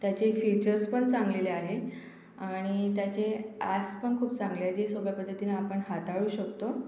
त्याचे फीचर्स पण चांगलेले आहे आणि त्याचे ॲप्स पण खूप चांगले आहेत जे सोप्या पद्धतीने आपण हाताळू शकतो